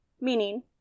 meaning